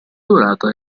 durata